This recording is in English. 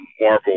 Marvel